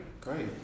great